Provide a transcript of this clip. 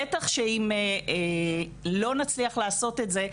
בטח שאם לא נצליח לעשות את זה,